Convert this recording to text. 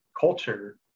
culture